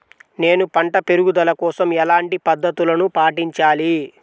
నేను పంట పెరుగుదల కోసం ఎలాంటి పద్దతులను పాటించాలి?